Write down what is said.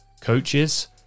coaches